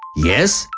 yes,